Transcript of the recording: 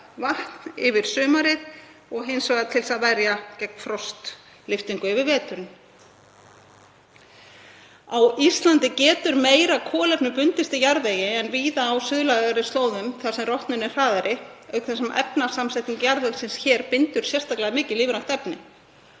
vatn yfir sumarið og hins vegar til að verja gegn frostlyftingu yfir veturinn. Á Íslandi getur meira kolefni bundist jarðvegi en víða á suðlægari slóðum þar sem rotnun er hraðari, auk þess sem efnasamsetning jarðvegsins bindur sérstaklega mikið lífrænt efni.